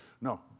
no